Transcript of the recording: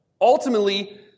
Ultimately